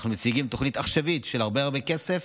אנחנו מציגים תוכנית עכשווית של הרבה הרבה כסף,